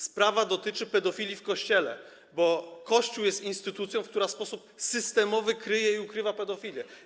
Sprawa dotyczy pedofilii w Kościele, bo Kościół jest instytucją, która w sposób systemowy kryje, ukrywa pedofilię.